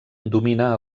domina